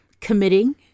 committing